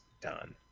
done